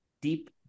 deep